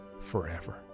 Forever